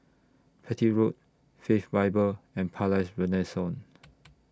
Petir Road Faith Bible and Palais Renaissance